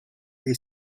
they